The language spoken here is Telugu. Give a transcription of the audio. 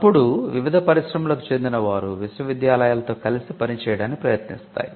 అప్పుడు వివిధ పరిశ్రమలకు చెందిన వారు విశ్వవిద్యాలయాలతో కలిసి పని చేయడానికి ప్రయత్నిస్తాయి